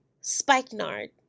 Spikenard